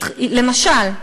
למשל,